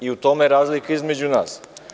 U tome je razlika između nas.